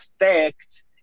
effect